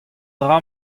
dra